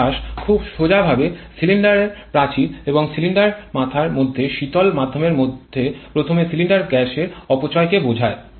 তাপ হ্রাস খুব সোজাভাবে সিলিন্ডার প্রাচীর এবং সিলিন্ডার মাথার মাধ্যমে শীতল মাধ্যমের মধ্যে প্রথমে সিলিন্ডার গ্যাসের অপচয়কে বোঝায়